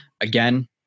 again